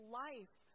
life